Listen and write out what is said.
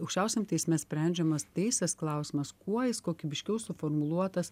aukščiausiam teisme sprendžiamas teisės klausimas kuo kokybiškiau suformuluotas